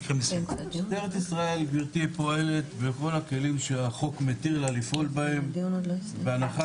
משטרת ישראל פועלת בכל הכלים שהחוק מתיר לה לפעול בהם בהנחה